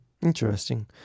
Interesting